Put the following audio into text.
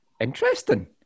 Interesting